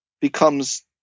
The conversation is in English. becomes